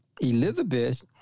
Elizabeth